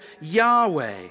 Yahweh